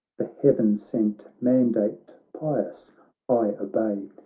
the heaven-sent mandate pious i obey.